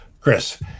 Chris